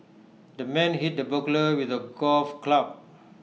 the man hit the burglar with A golf club